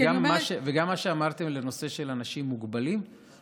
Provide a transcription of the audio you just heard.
וגם את מה שאמרתם בנושא של אנשים מוגבלים,